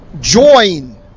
join